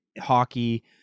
hockey